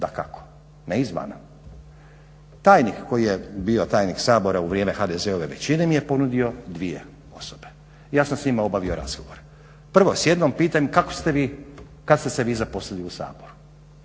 dakako, ne izvana. Tajnik koji je bio tajnik Sabora u vrijeme HDZ-ove većine mi je ponudio dvije osobe. Ja sam s njima obavio razgovor. Prvo s jednom, pitam kad ste se vi zaposlili u Saboru?